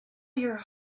your